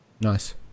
nice